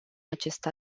acest